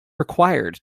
required